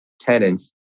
tenants